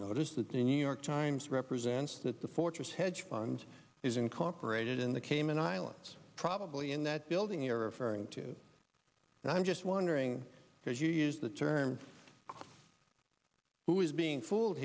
notice that the new york times represents that the fortress hedge fund is incorporated in the cayman islands probably in that building you're referring to and i'm just wondering because you used the term who is being foo